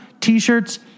t-shirts